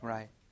Right